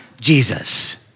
Jesus